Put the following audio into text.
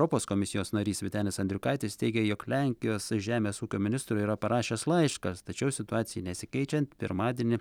atsakomųjų veiksmų europos komisijos narys vytenis andriukaitis teigė jog lenkijos žemės ūkio ministrui yra parašęs laiškas tačiau situacijai nesikeičiant pirmadienį